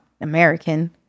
American